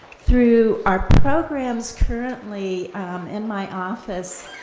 through our programs currently in my office,